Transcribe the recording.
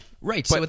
Right